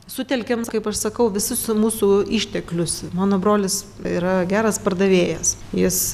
sutelkėm kaip aš sakau visus mūsų išteklius mano brolis yra geras pardavėjas jis